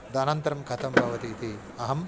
अनन्तरं कथं भवतीति अहं